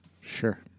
Sure